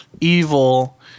evil